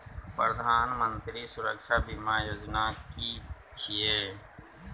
प्रधानमंत्री सुरक्षा बीमा योजना कि छिए?